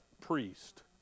priest